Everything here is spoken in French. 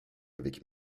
avec